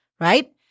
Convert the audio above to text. right